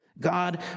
God